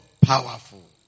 powerful